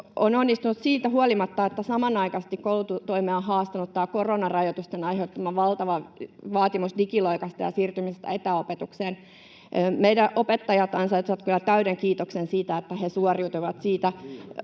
on onnistunut siitä huolimatta, että samanaikaisesti koulutoimea on haastanut tämä koronarajoitusten aiheuttama valtava vaatimus digiloikasta ja siirtymisestä etäopetukseen. Meidän opettajat ansaitsevat kyllä täyden kiitoksen siitä, että he suoriutuivat siitä.